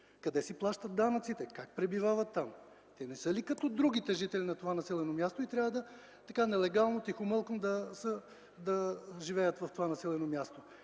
Къде си плащат данъците? Как пребивават там? Те не са ли като другите жители на това населено място и трябва нелегално, тихомълком да живеят в това населено място?!